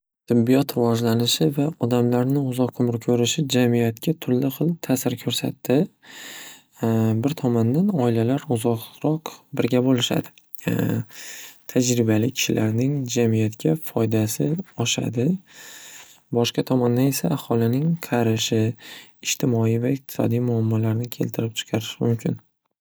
Tibbiyot rivojlanishi va odamlarni uzoq umr ko'rishi jamiyatga turli xil ta'sir ko'rsatadi. Bir tomondan oilalar uzoqroq birga bo'lishadi. Tajribali kishilarning jamiyatga foydasi oshadi. Boshqa tomondan esa aholining qarashi ijtimoiy va iqtisodiy muammolarni keltirib chiqarishi mumkin.